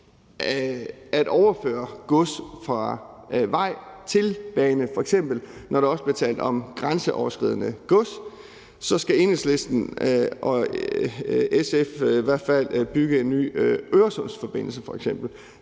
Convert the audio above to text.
at overføre gods fra vej til bane, f.eks. når der også bliver tale om grænseoverskridende gods. Så skal Enhedslisten og SF i hvert fald bygge en ny Øresundsforbindelse